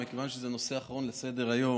מכיוון שזה הנושא האחרון על סדר-היום,